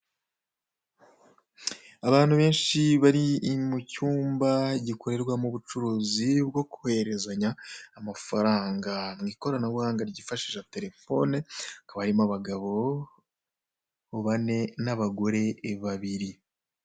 Abantu benshi bari mu cyumba gikorerwamo mu bucuruzi bwo kohererezanya amafaranga mu ikoranabuhanga ryifashisha telefone, hakaba harimo abagabo bane n'abagore babiri.